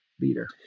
leader